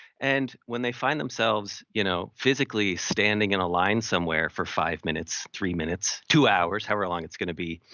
and when they find themselves you know physically standing in a line somewhere for five minutes, three minutes, two hours however long it's gonna be,